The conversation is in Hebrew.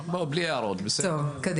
בוא, בלי הערות בסדר?